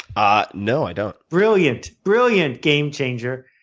ah no, i don't. brilliant brilliant game changer.